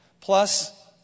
plus